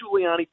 Giuliani